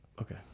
Okay